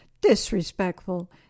disrespectful